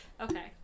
Okay